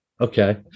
okay